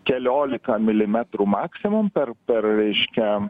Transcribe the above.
keliolika milimetrų maksimum per per reiškia